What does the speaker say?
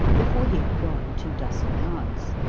before he had gone two dozen yards.